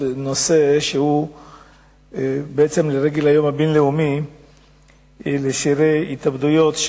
בנושא ציון היום הבין-לאומי לשאירי התאבדויות,